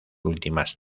últimas